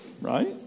Right